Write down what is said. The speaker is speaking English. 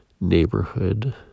neighborhood